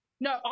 No